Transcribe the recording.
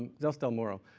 and zell so zell morrow.